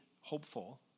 hopeful